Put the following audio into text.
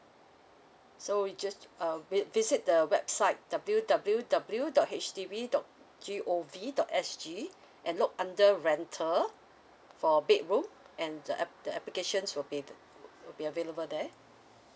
so you just uh vi~ visit the website w w w dot H D B dot g o v dot s g and look under rental for bedroom and the ap~ the application will be will be available there